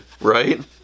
right